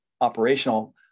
operational